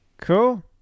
cool